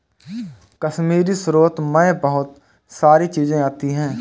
कश्मीरी स्रोत मैं बहुत सारी चीजें आती है